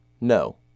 No